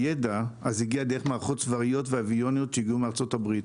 הידע אז הגיע דרך מערכות צבאיות ואוויוניות שהגיעו מארצות הברית,